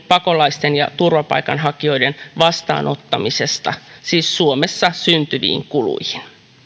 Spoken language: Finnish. pakolaisten ja turvapaikanhakijoiden vastaanottamisesta siis suomessa syntyviin kuluihin